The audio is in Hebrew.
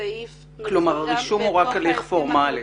סעיף בהסכם קיבוצי,